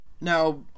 Now